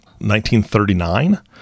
1939